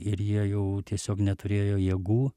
ir jie jau tiesiog neturėjo jėgų